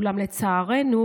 אולם לצערנו,